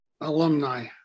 alumni